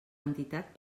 entitat